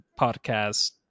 podcast